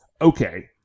okay